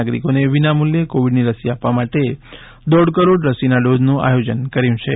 નાગરિકોને વિના મૂલ્યે કોવીડની રસી આપવા માટે રસીના દોઢ કરોડ ડોઝનું આયોજન કર્યું છે